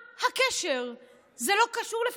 זה לא מתאים.